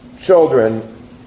children